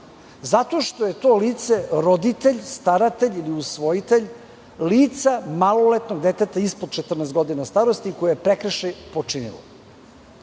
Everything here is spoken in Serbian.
Zato što je to lice roditelj, staratelj ili usvojitelj lica maloletnog deteta ispod 14 godina starosti koje je prekršaj počinilo.